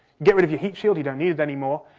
get rid of your heat shield, you don't need it anymore.